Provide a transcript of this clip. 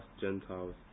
Gentiles